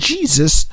Jesus